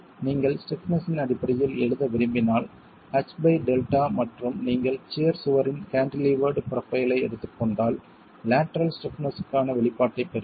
நீங்கள் ஸ்டிப்னஸ் இன் அடிப்படையில் எழுத விரும்பினால் HΔ மற்றும் நீங்கள் சியர் சுவரின் கேன்டிலீவர்டு ப்ரொஃபைல் ஐ எடுத்துக் கொண்டால் லேட்டரல் ஸ்டிப்னஸ்க்கான வெளிப்பாட்டைப் பெறுவீர்கள்